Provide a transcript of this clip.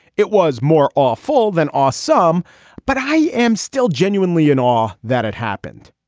it was more awful than awesome but i am still genuinely in all that had happened.